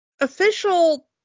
Official